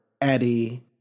Eddie